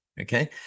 okay